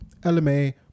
LMA